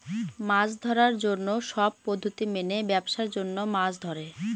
মাছ ধরার জন্য সব পদ্ধতি মেনে ব্যাবসার জন্য মাছ ধরে